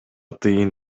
тыйын